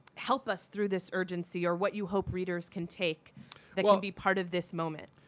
help us through this urgency or what you hope readers can take that can be part of this moment?